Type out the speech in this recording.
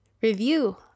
review